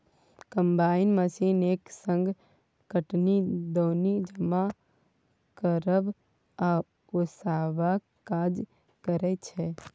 combine machine एक संग कटनी, दौनी, जमा करब आ ओसेबाक काज करय छै